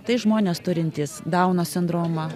tai žmonės turintys dauno sindromą